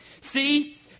See